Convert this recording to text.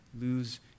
lose